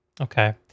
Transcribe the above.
okay